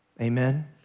Amen